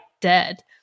dead